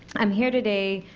i am here today,